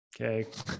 Okay